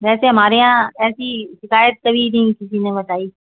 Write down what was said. वैसे हमारे यहाँ ऐसी शिकायत कभी नहीं किसी ने बताई